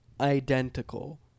identical